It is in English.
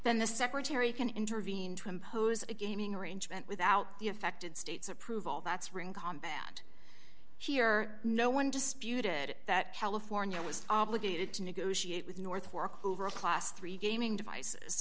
the secretary can intervene to impose a gaming arrangement without the affected states approval that's ring combat here no one disputed that california was obligated to negotiate with north fork over a class three gaming devices